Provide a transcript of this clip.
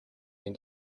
been